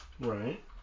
Right